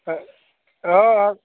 ओ हँ हँ